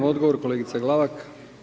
Odgovor kolegice Glavak.